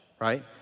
right